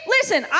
Listen